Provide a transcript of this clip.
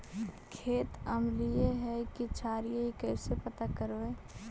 खेत अमलिए है कि क्षारिए इ कैसे पता करबै?